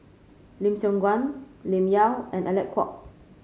Lim Siong Guan Lim Yau and Alec Kuok